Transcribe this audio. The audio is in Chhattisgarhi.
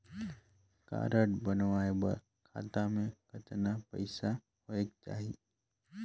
कारड बनवाय बर खाता मे कतना पईसा होएक चाही?